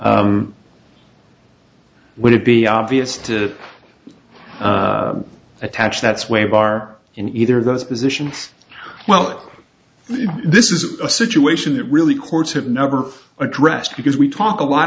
where would it be obvious to attach that sway bar in either of those positions well this is a situation that really courts have number addressed because we talk a lot